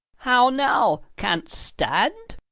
how now! canst stand?